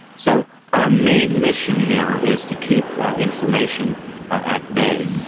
so our main mission here is to keep inflammation at bay,